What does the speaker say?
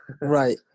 Right